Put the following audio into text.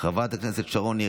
חברת הכנסת שרון ניר,